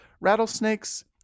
rattlesnakes